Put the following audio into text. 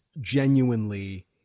genuinely